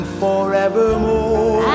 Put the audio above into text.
forevermore